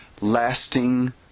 lasting